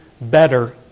better